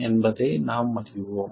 என்பதை நாம் அறிவோம்